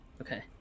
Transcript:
Okay